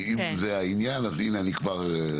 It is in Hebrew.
אם זה העניין, אז הנה, אני כבר.